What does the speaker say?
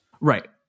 Right